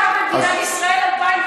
גם במדינת ישראל 2016,